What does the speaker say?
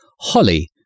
Holly